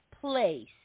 place